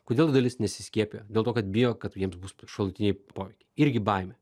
kodėl dalis nesiskiepijo dėl to kad bijo kad jiems bus šalutiniai poveikiai irgi baimė